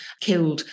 killed